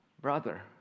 Brother